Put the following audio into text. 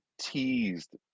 teased